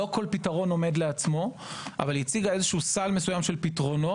לא כל פתרון עומד לעצמו אך הציגה סל פתרונות.